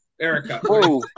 Erica